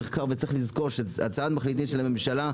הצעת המחליטים של הממשלה,